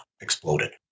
exploded